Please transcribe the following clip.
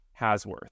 Hasworth